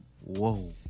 Whoa